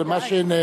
אבל מה שנאמר,